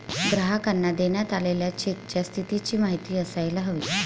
ग्राहकांना देण्यात आलेल्या चेकच्या स्थितीची माहिती असायला हवी